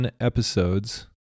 episodes